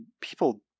people